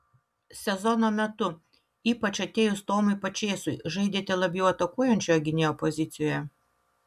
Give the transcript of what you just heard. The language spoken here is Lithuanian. sezono metu ypač atėjus tomui pačėsui žaidėte labiau atakuojančio gynėjo pozicijoje